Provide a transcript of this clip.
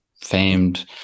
famed